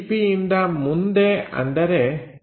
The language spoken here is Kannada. Pಯಿಂದ ಮುಂದೆ ಅಂದರೆ ಇಲ್ಲಿ